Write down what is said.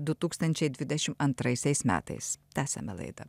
du tūkstančiai dvidešim antraisiais metais tęsiame laidą